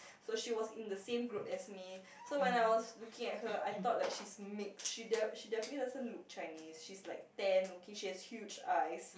so she was in the same group as me so when I was looking at her I thought like she's mix she def~ she definitely doesn't look Chinese she's like tan looking she has huge eyes